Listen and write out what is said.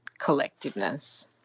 collectiveness